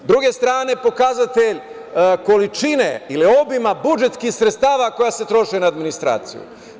S druge strane, pokazatelj količine ili obima budžetskih sredstava koja se troše na administraciju.